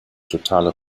totaler